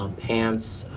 pants,